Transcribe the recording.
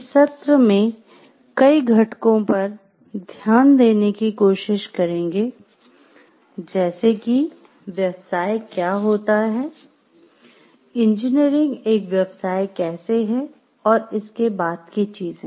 इस सत्र में कई घटकों पर ध्यान देने की कोशिश करेंगे जैसे कि व्यवसाय क्या होता है इंजीनियरिंग एक व्यवसाय कैसे है और इसके बाद क्या की चीजें